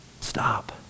stop